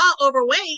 overweight